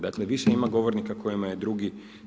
Dakle, više ima govornika kojima je drugi.